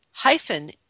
hyphen